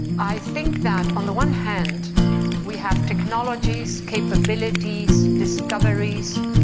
i think that on the one hand we have technologies, capabilities, discoveries,